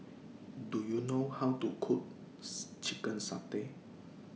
Do YOU know How to Cook Chicken Satay